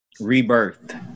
rebirth